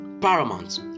paramount